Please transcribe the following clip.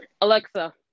Alexa